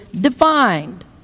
defined